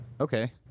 Okay